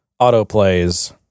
autoplays